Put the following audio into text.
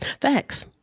Facts